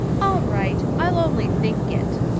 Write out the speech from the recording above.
all right. i'll only think it,